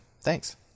Thanks